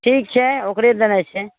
ठीक छै ओकरे देनाइ छै